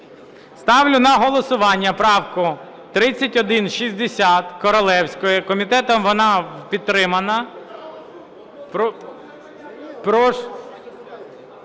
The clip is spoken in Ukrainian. Ставлю на голосування правку 3160, Королевської. Комітетом вона підтримана.